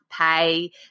pay